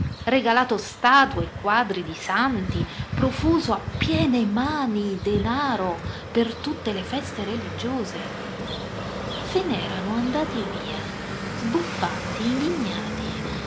regalato statue e quadri di santi profuso a piene mani denari per tutte le feste religiose se n'erano andati via sbuffanti indignati